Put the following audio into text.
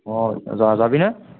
অঁ যাবিনে